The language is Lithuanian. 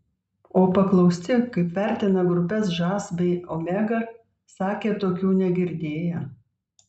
o paklausti kaip vertina grupes žas bei omega sakė tokių negirdėję